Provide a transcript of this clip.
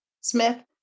Smith